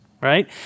right